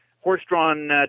horse-drawn